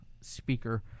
speaker